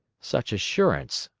such assurance,